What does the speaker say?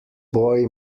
boy